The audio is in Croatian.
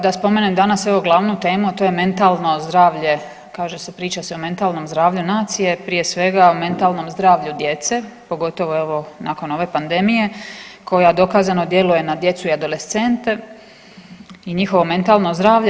Da spomenem danas evo glavnu temu, a to je mentalno zdravlje, kaže se, priča se o mentalnom zdravlju nacije prije svega mentalnom zdravlju djece pogotovo evo nakon ove pandemije koja dokazano djeluje na djecu i adolescente i njihovo mentalno zdravlje.